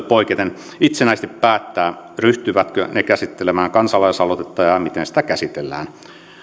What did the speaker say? poiketen itsenäisesti päättää siitä ryhtyvätkö ne käsittelemään kansalaisaloitetta ja miten sitä käsitellään